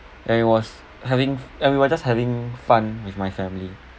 and it was having and we were just having fun with my family